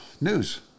news